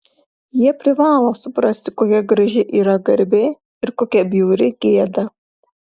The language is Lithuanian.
jie privalo suprasti kokia graži yra garbė ir kokia bjauri gėda